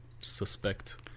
suspect